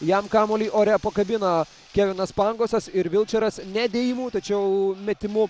jam kamuolį ore pakabina kevinas pangosas ir vilčeras ne dėjimu tačiau metimu